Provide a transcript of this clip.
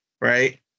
right